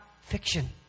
fiction